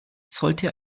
sollte